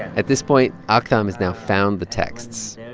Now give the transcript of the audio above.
at this point, ah aktham has now found the texts,